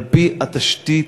על-פי התשתית